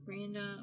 Random